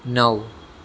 નવ